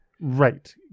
right